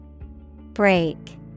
Break